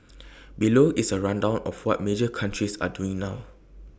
below is A rundown of what major countries are doing now